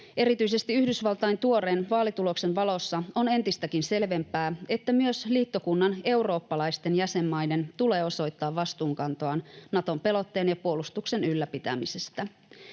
Erityisesti Yhdysvaltain tuoreen vaalituloksen valossa on entistäkin selvempää, että myös liittokunnan eurooppalaisten jäsenmaiden tulee osoittaa vastuunkantoaan Naton pelotteen ja puolustuksen ylläpitämisestä.